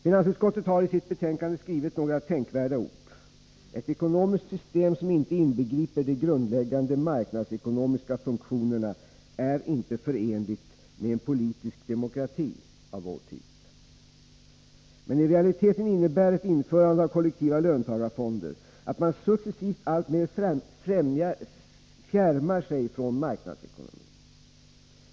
Finansutskottet har i sitt betänkande skrivit några tänkvärda ord: Ett ekonomiskt system som inte inbegriper de grundläggande marknadsekonomiska funktionerna är inte förenligt med en politisk demokrati av vår typ. Men i realiteten innebär ett införande av kollektiva löntagarfonder att man successivt alltmer fjärmar sig från marknadsekonomin.